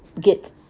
get